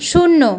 শূন্য